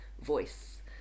voice